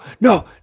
no